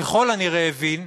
ככל הנראה הבין,